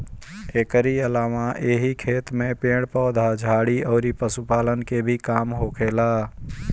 एकरी अलावा एही खेत में पेड़ पौधा, झाड़ी अउरी पशुपालन के भी काम होखेला